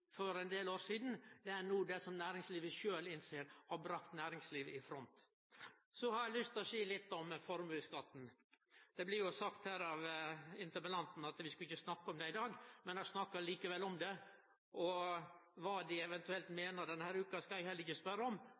det som næringslivet no sjølv innser har bringa næringslivet i front. Eg har lyst til å seie litt om formuesskatten. Det blei sagt av interpellanten at vi ikkje skulle snakke om det i dag, men han snakka likevel om det. Kva dei eventuelt meiner denne veka, skal eg heller ikkje spørje om,